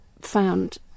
found